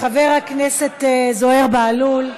חבר הכנסת זוהיר בהלול,